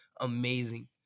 amazing